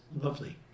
lovely